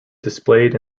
displayed